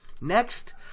Next